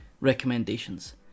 recommendations